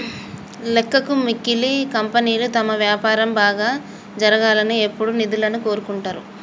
లెక్కకు మిక్కిలి కంపెనీలు తమ వ్యాపారం బాగా జరగాలని ఎప్పుడూ నిధులను కోరుకుంటరు